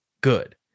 good